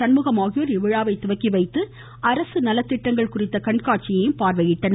சண்முகம் ஆகியோர் இவ்விழாவை துவக்கி வைத்து அரசு நலத்திட்டங்கள் குறித்த கண்காட்சியையும் பார்வையிட்டனர்